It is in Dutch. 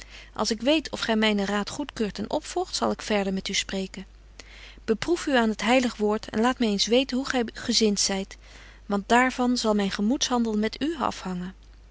als ik weet of gy mynen raad goedkeurt en opvolgt zal ik verder met u spreken beproef u aan het heilig woord en laat my eens weten hoe gy gezint zyt want daar van zal myn gemoedshandel met u afhangen